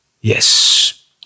yes